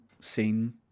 scene